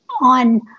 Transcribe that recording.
on